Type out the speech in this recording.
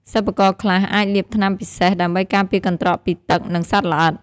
សិប្បករខ្លះអាចលាបថ្នាំពិសេសដើម្បីការពារកន្ត្រកពីទឹក និងសត្វល្អិត។